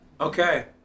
Okay